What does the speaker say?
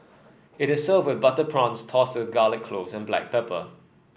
it is served with butter prawns tossed with garlic clove and black pepper